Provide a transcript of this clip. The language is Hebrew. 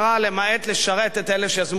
למעט לשרת את אלה שיזמו את המהלך.